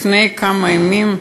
לפני כמה ימים,